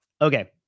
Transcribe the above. Okay